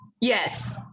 yes